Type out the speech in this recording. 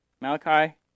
Malachi